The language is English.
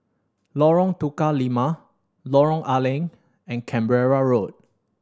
Lorong Tukang Lima Lorong A Leng and Canberra Road